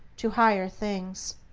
to higher things.